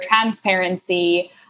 transparency